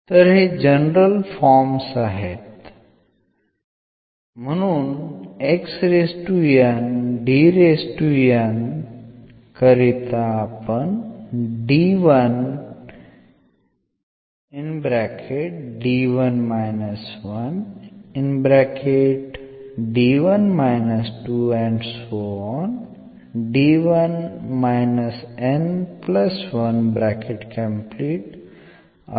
तर हे general forms आहेत